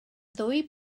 ddwy